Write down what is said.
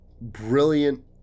brilliant